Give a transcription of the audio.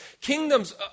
Kingdoms